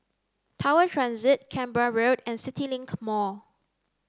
Tower Transit Canberra Road and CityLink Mall